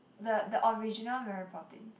the the original Mary Poppins